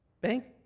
bank